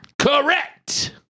Correct